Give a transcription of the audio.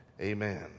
Amen